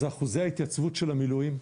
זה אחוזי ההתייצבות של המילואים.